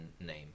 name